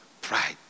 pride